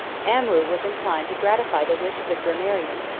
amrou was inclined to gratify the wish of the grammarian,